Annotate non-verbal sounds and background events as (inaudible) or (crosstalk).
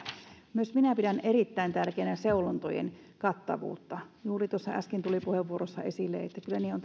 myös minä pidän erittäin tärkeänä seulontojen kattavuutta juuri tuossa äsken tuli puheenvuoroissa esille että kyllä niihin on (unintelligible)